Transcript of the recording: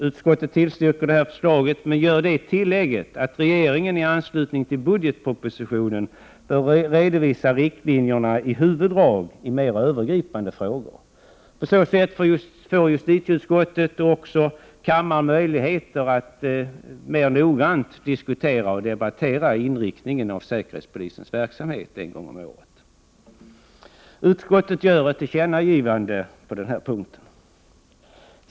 Utskottet tillstyrker det här förslaget men gör det tillägget, att regeringen i anslutning till budgetpropositionen bör redovisa riktlinjerna i huvuddrag i mer övergripande frågor. På så sätt får justitieutskottet och kammaren möjligheter att en gång om året mer noggrant debattera inriktningen av säkerhetspolisens verksamhet. Utskottet gör ett tillkännagivande på denna punkt.